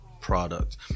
product